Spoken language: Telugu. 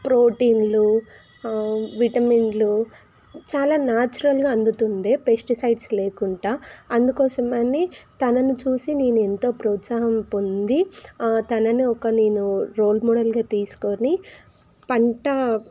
ప్రోటీన్లు విటమిన్లు చాలా న్యాచురల్గా అందుతు ఉండే పెస్టిసైడ్స్ లేకుండా అందుకోసం అని తనను చూసి నేను ఎంతో ప్రోత్సాహం పొంది తనను ఒక నేను రోల్ మోడల్గా తీసుకుని పంట